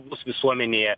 bus visuomenėje